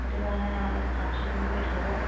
সেইটো কাৰণে অলপ চাফ চিকুণ কৰি থ'ব